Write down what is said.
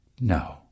No